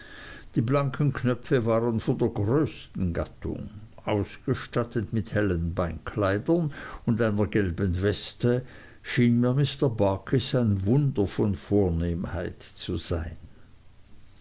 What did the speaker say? die blanken knöpfe waren von der größten gattung ausgestattet mit hellen beinkleidern und einer gelben weste schien mir mr barkis ein wunder von vornehmheit zu sein